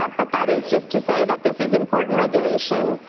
ah but that is just to say that this is important regulation.